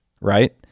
right